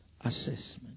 assessment